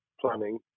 planning